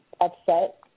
upset